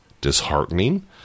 disheartening